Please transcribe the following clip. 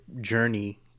journey